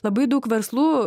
labai daug verslų